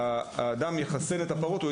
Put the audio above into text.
שהאדם יחסן את הפרות שלו.